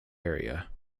area